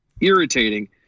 irritating